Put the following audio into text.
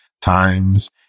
times